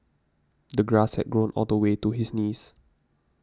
the grass had grown all the way to his knees